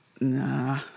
nah